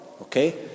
Okay